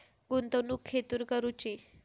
गुंतवणुक खेतुर करूची?